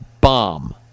bomb